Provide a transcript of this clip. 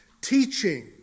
teaching